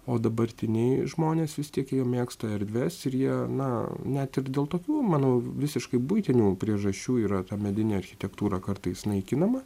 o dabartiniai žmonės vis tik jie mėgsta erdves ir jie na net ir dėl tokių manau visiškai buitinių priežasčių yra ta medinė architektūra kartais naikinama